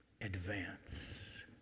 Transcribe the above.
advance